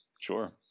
Sure